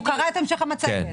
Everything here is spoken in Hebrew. הוא קרא את המשך המצגת.